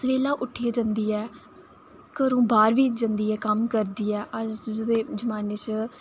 जंदी ऐ घरूं बाहर बी जंदी ऐ कम्म करदी ऐ अज्ज दे जमाने च